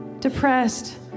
depressed